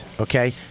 okay